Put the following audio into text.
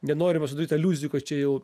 nenorima sudaryt aliuzijų kad čia jau